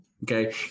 okay